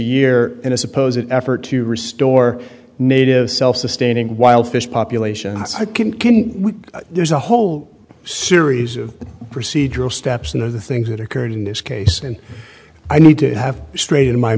year and i suppose an effort to restore native self sustaining wild fish population there's a whole series of procedural steps of the things that occurred in this case and i need to have straight in my